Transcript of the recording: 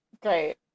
Great